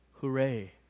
Hooray